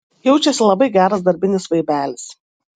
jaučiasi labai geras darbinis vaibelis